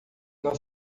não